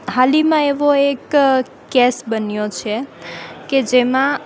હાલમાં એવો એક કેસ બન્યો છે કે જેમાં